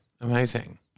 amazing